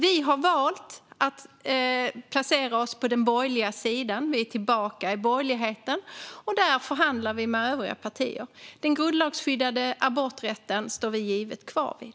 Vi har valt att placera oss på den borgerliga sidan. Vi är tillbaka i borgerligheten, och där förhandlar vi med övriga partier. Den grundlagsskyddade aborträtten står vi kvar vid.